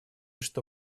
что